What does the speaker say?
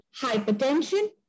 hypertension